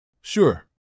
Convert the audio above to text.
Sure